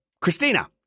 Christina